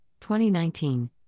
2019